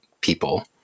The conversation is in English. people